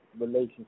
relationship